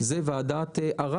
זה ועדת ערר,